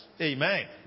Amen